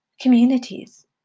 communities